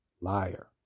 liar